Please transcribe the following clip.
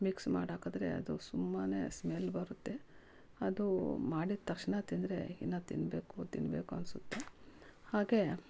mix ಮಾಡಾಕಿದ್ರೆ ಅದು ತುಂಬಾ ಸ್ಮೆಲ್ ಬರುತ್ತೆ ಅದು ಮಾಡಿದ ತಕ್ಷಣ ತಿಂದರೆ ಇನ್ನು ತಿನ್ನಬೇಕು ತಿನ್ನಬೇಕು ಅನಿಸುತ್ತೆ ಹಾಗೆ